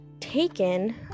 taken